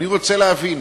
אני רוצה להבין,